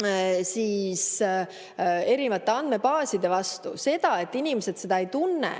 Eesti erinevate andmebaaside vastu. Seda, et inimesed seda ei tunne,